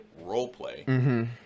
roleplay